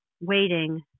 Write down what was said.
waiting